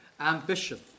ambition